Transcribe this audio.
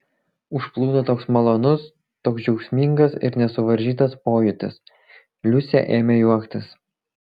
užplūdo toks malonus toks džiaugsmingas ir nesuvaržytas pojūtis liusė ėmė juoktis